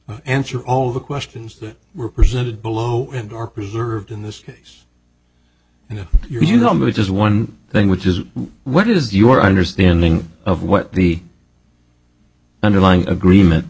answer all the questions that were presented below and are preserved in this case and you know maybe just one thing which is what is your understanding of what the underlying agreement